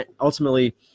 Ultimately